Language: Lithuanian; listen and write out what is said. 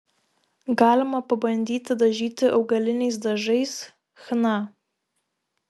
galima pabandyti dažyti augaliniais dažais chna